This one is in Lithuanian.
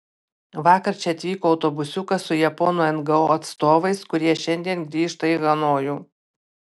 vakar čia atvyko autobusiukas su japonų ngo atstovais kurie šiandien grįžta į hanojų